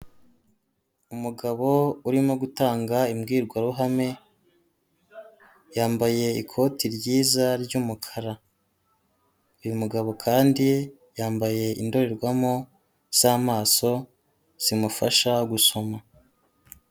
Umugabo urimo gutanga imbwirwaruhame, yambaye ikoti ryiza ry'umukara, uyu mugabo kandi yambaye indorerwamo z'amaso zimufasha gusoma.